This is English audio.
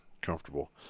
comfortable